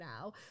now